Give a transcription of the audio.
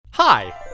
Hi